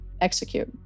execute